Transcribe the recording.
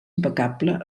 impecable